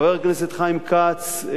חבר הכנסת חיים כץ,